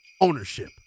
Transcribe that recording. ownership